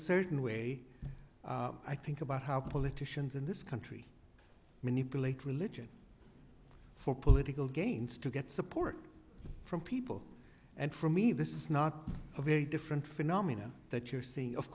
certain way i think about how politicians in this country manipulate religion for political gains to get support from people and for me this is not a very different phenomena that you're seeing of